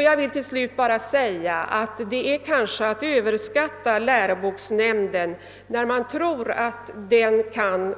Jag vill till slut bara säga att det kanske är att överskatta läroboksnämnden när man tror att den kan